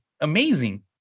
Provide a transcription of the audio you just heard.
amazing